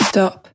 Stop